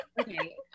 okay